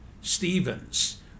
Stevens